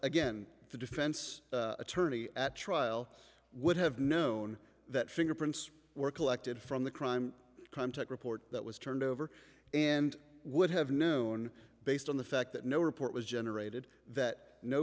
again the defense attorney at trial would have known that fingerprints were collected from the crime crime type report that was turned over and would have known based on the fact that no report was generated that no